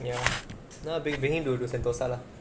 ya ya bring bring him to to sentosa lah